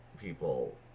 people